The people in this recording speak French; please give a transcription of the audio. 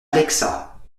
alexa